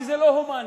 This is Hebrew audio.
כי זה לא הומני.